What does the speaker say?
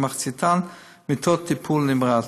מחציתן מיטות טיפול נמרץ.